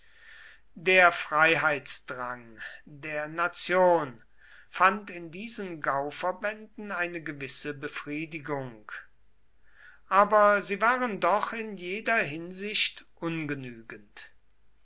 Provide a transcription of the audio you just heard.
der freiheitsdrang der nation fand in diesen gauverbänden eine gewisse befriedigung aber sie waren doch in jeder hinsicht ungenügend